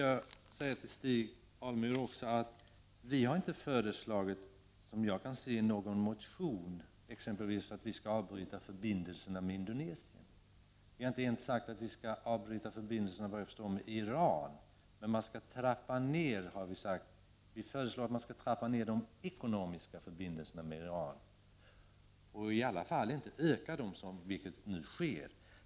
Jag vill också säga till Stig Alemyr att vi i vpk inte i någon motion har föreslagit att Sverige exempelvis skall avbryta förbindelserna med Indonesien. Vi har inte ens sagt att Sverige skall avbryta förbindelserna med Iran. Vi föreslår att Sverige skall trappa ner de ekonomiska förbindelserna med Iran, inte öka dem, som nu sker.